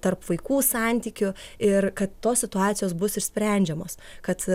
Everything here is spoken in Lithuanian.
tarp vaikų santykių ir kad tos situacijos bus išsprendžiamos kad